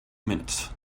minutes